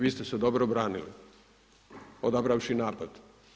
Vi ste se dobro branili odabravši napad.